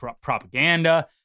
propaganda